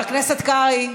חבר הכנסת קרעי,